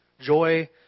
Joy